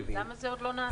למה זה עוד לא נעשה?